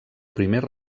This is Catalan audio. primer